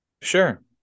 Sure